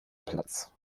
platz